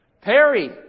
Perry